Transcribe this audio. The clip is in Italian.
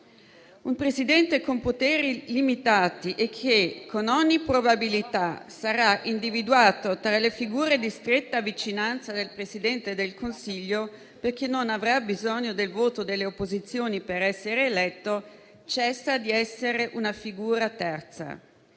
Un Presidente con poteri limitati e che, con ogni probabilità, sarà individuato tra le figure di stretta vicinanza del Presidente del Consiglio, perché non avrà bisogno del voto delle opposizioni per essere eletto, cessa di essere una figura terza.